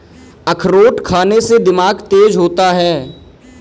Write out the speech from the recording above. अखरोट खाने से दिमाग तेज होता है